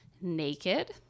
naked